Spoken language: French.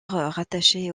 rattachée